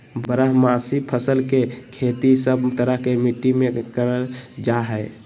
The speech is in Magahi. बारहमासी फसल के खेती सब तरह के मिट्टी मे करल जा हय